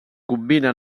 combina